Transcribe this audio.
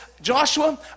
joshua